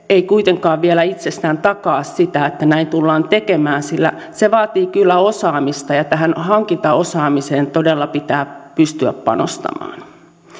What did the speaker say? ei kuitenkaan vielä itsestään takaa sitä että näin tullaan tekemään sillä se vaatii kyllä osaamista ja tähän hankintaosaamiseen todella pitää pystyä panostamaan